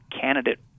candidate